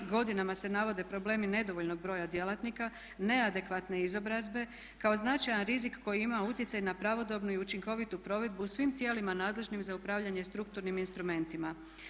Godinama se navode problemi nedovoljnog broja djelatnika, neadekvatne izobrazbe kao značajan rizik koji je imao utjecaj na pravodobnu i učinkovitu provedbu u svim tijelima nadležnim za upravljanje strukturnim instrumentima.